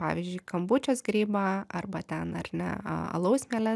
pavyzdžiui kombučios grybą arba ten ar ne alaus mieles